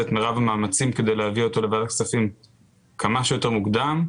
את מרב המאמצים כדי להביא אותו לוועדת כספים כמה שיותר מוקדם.